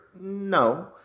No